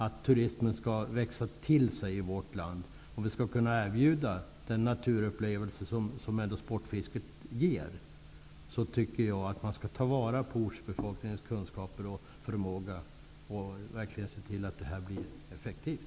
Om vi skall kunna erbjuda den naturupplevelse som sportfisket ger tycker jag att vi skall ta vara på ortsbefolkningens kunskaper och förmåga och verkligen se till att detta blir effektivt.